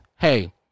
Hey